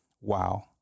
wow